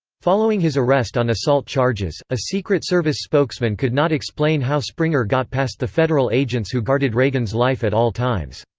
following his arrest on assault charges, a secret service spokesman could not explain how springer got past the federal agents who guarded reagan's life at all times.